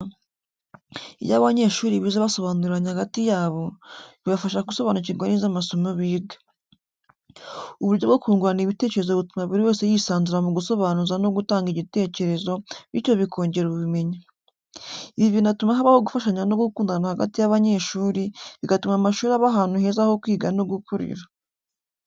Iyo abanyeshuri bize basobanuriranye hagati yabo, bibafasha gusobanukirwa neza amasomo biga. Uburyo bwo kungurana ibitekerezo butuma buri wese yisanzura mu gusobanuza no gutanga igitekerezo, bityo bikongera ubumenyi. Ibi binatuma habaho gufashanya no gukundana hagati y'abanyeshuri, bigatuma amashuri aba ahantu heza ho kwiga no gukurira.